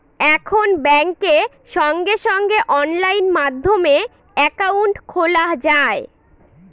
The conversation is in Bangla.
এখন ব্যাঙ্কে সঙ্গে সঙ্গে অনলাইন মাধ্যমে একাউন্ট খোলা যায়